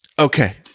Okay